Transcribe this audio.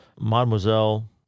Mademoiselle